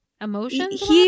emotions